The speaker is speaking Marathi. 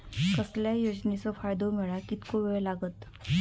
कसल्याय योजनेचो फायदो मेळाक कितको वेळ लागत?